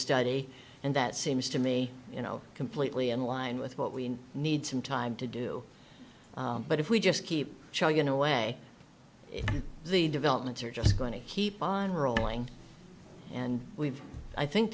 study and that seems to me you know completely in line with what we need some time to do but if we just keep chugging away the developments are just going to keep on rolling and we've i think